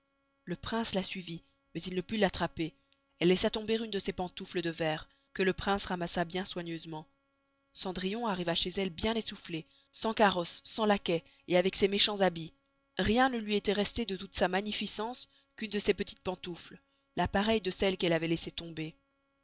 le prince la suivit mais il ne put elle laissa tomber une de ses pantoufles de verre que le prince ramassa bien soigneusement cendrillon arriva chez elle bien éssouflée sans carosse sans laquais avec ses méchans habits rien ne lui estant resté de toute sa magnificence qu'une de ses petites pantoufles la pareille de celle qu'elle avoit laissé tomber